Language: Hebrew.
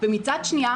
ומצד שני,